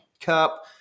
cup